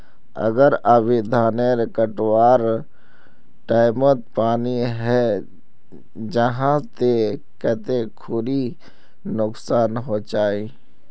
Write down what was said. अगर कभी धानेर कटवार टैमोत पानी है जहा ते कते खुरी नुकसान होचए?